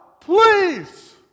please